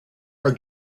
are